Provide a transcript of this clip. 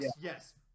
yes